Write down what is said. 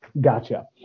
Gotcha